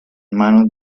manos